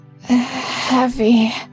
Heavy